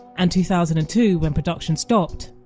and two thousand and two, when production stopped,